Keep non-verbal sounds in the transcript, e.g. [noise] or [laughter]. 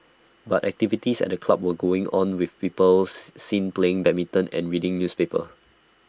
but activities at the club were going on with people [noise] seen playing badminton and reading newspapers